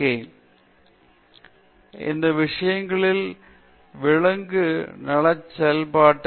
சரியான பராமரிப்பை எடுத்துக் கொள்ள வேண்டும் மற்றும் ஆய்வாளர்கள் விலங்குகளின் வாழ்வை மதிக்க வேண்டிய பொறுப்பு இருக்கிறது நாம் அவர்களை புறக்கணிக்க முடியாது